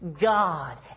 God